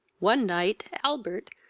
one night, albert,